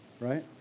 right